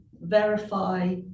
verify